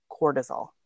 cortisol